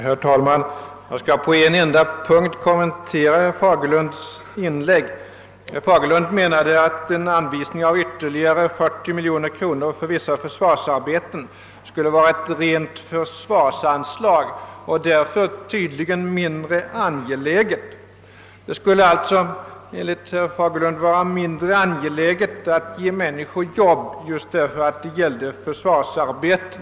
Herr talman! Jag skall på en enda punkt kommentera herr Fagerlunds inlägg. Herr Fagerlund menade att en anvisning av ytterligare 40 miljoner kronor för vissa försvarsarbeten skulle vara ett rent försvarsanslag och därför tydligen mindre angeläget. Det skulle alltså enligt herr Fagerlund vara mind re angeläget att ge människor arbete just därför att det gällde försvarsarbeten.